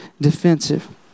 defensive